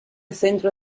centro